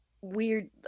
weird